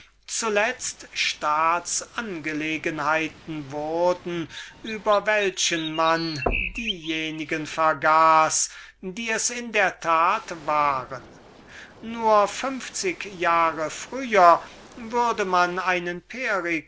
zuletzt staats-angelegenheiten wurden über welchen man diejenigen vergaß die es in der tat waren hundert jahre früher würde man einen